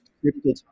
critical